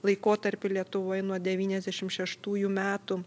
laikotarpį lietuvoj nuo devyniasdešimt šeštųjų metų